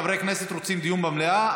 חברי הכנסת רוצים דיון במליאה,